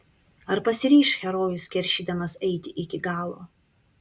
ar pasiryš herojus keršydamas eiti iki galo